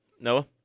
Noah